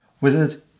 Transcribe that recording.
Wizard